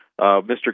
Mr